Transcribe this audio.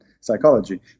psychology